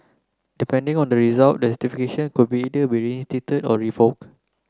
depending on the result the could or revoke